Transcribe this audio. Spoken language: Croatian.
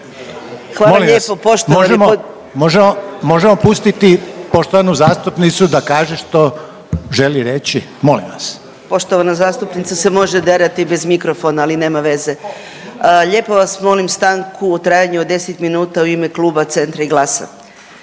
vas, možemo, možemo pustiti poštovanu zastupnicu da kaže što želi reći, molim vas./… Poštovana zastupnica se može derati bez mikrofona, ali nema veze. Lijepo vas molim stanku u trajanju od 10 minuta u ime Kluba Centra i GLAS-a.